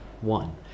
One